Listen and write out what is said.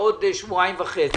בעוד שבועיים וחצי.